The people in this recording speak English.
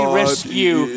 rescue